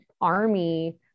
army